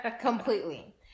completely